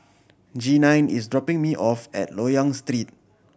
Jeanine is dropping me off at Loyang Street